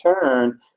turn